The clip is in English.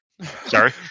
Sorry